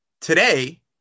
Today